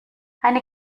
eine